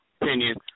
opinion